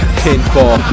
pinfall